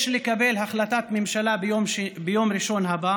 יש לקבל החלטת ממשלה ביום ראשון הבא